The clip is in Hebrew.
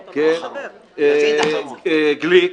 גליק,